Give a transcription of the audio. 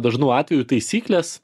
dažnu atveju taisyklės